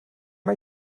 mae